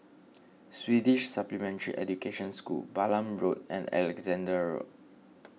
Swedish Supplementary Education School Balam Road and Alexandra Road